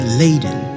laden